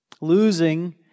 Losing